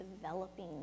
developing